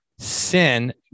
Sin